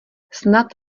snad